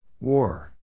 War